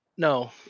No